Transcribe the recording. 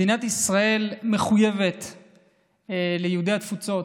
מדינת ישראל מחויבת ליהודי התפוצות,